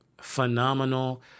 phenomenal